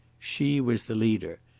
she was the leader.